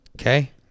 Okay